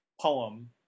poem